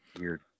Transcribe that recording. Weird